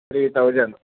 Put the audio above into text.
three thousand